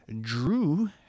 Drew